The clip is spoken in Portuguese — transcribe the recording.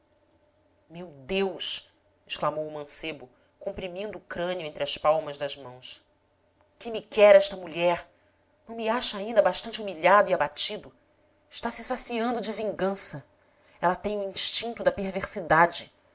meu deus exclamou o mancebo comprimindo o crânio entre as palmas das mãos que me quer esta mulher não me acha ainda bastante humilhado e abatido está se saciando de vingança oh ela tem o instinto da perversidade